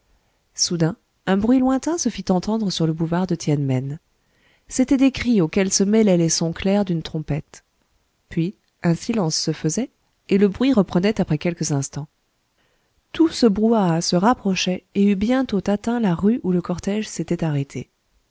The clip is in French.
soudain un bruit lointain se fit entendre sur le boulevard de tiène men c'étaient des cris auxquels se mêlaient les sons clairs d'une trompette puis un silence se faisait et le bruit reprenait après quelques instants tout ce brouhaha se rapprochait et eut bientôt atteint la rue où le cortège s'était arrêté